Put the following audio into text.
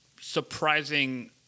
surprising